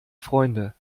freunde